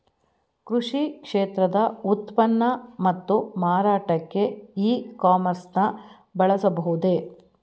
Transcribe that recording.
ಕೃಷಿ ಕ್ಷೇತ್ರದ ಉತ್ಪನ್ನ ಮತ್ತು ಮಾರಾಟಕ್ಕೆ ಇ ಕಾಮರ್ಸ್ ನ ಬಳಸಬಹುದೇ?